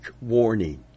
warning